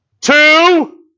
two